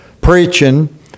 preaching